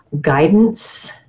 guidance